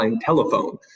telephone